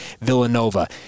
Villanova